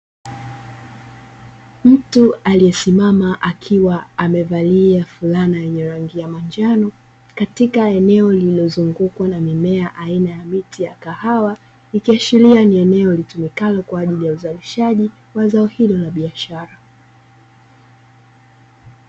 Mtu aliyesimama akiwa amevalia fulana yenye rangi ya manjano katika eneo lililozungukwa na mimea aina ya miti ya kahawa, ikiashiria ni eneo litumikalo kwa ajili ya uzalishaji wa zao hilo la biashara.